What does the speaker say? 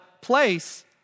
place